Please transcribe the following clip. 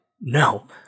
no